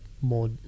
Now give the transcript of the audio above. more